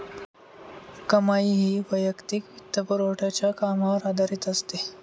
कमाई ही वैयक्तिक वित्तपुरवठ्याच्या कामावर आधारित असते